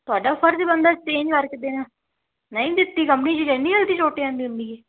ਤੁਹਾਡਾ ਫਰਜ਼ ਬਣਦਾ ਐਕਸਚੇਂਜ ਕਰਕੇ ਦੇਣਾ ਨਹੀਂ ਦਿੱਤੀ ਕੰਪਨੀ ਦੀ ਇੰਨੀ ਜਲਦੀ ਟੁੱਟ ਜਾਂਦੀ ਹੁੰਦੀ ਹੈ